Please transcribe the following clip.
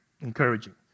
encouraging